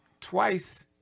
Twice